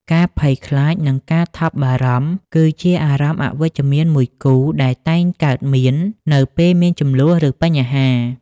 ការភ័យខ្លាច និងការថប់បារម្ភ គឺជាអារម្មណ៍អវិជ្ជមានមួយគូដែលតែងកើតមាននៅពេលមានជម្លោះ ឬបញ្ហា។